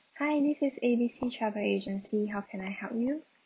hi this is A B C travel agency how can I help you